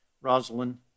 Rosalind